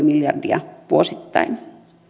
miljardia vuosittain